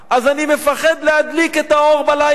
אז אני פוחד להדליק את האור בלילה.